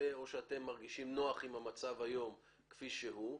או שאתם מרגישים נוח עם המצב היום כפי שהוא,